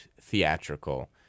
theatrical